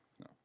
no